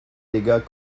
dégâts